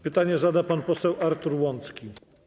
Pytanie zada pan poseł Artur Łącki.